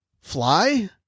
fly